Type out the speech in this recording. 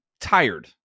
tired